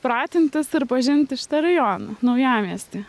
pratintis ir pažinti šitą rajoną naujamiestį